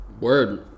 Word